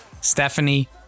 Stephanie